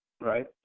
right